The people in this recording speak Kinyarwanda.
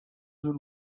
z’u